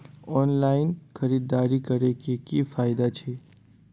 Online खरीददारी करै केँ की फायदा छै?